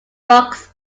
box